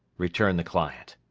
returned the client.